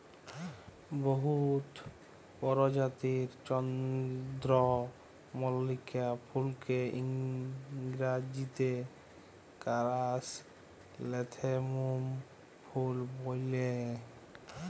বহুত পরজাতির চল্দ্রমল্লিকা ফুলকে ইংরাজিতে কারাসলেথেমুম ফুল ব্যলে